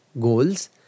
goals